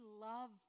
love